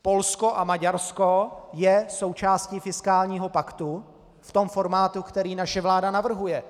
Polsko a Maďarsko jsou součástí fiskálního paktu v tom formátu, který naše vláda navrhuje.